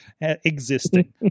existing